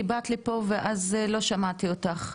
כי באת לפה ואז לא שמעתי אותך,